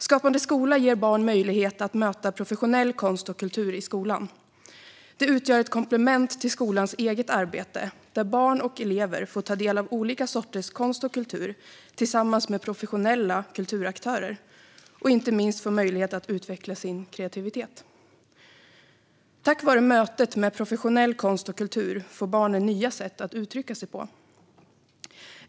Skapande skola ger barn möjlighet att möta professionell konst och kultur i skolan. Det utgör ett komplement till skolans eget arbete, där barn och elever får ta del av olika sorters konst och kultur tillsammans med professionella kulturaktörer och inte minst får möjlighet att utveckla sin kreativitet. Tack vare mötet med professionell konst och kultur får barnen nya sätt att uttrycka sig på.